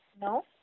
No